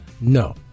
No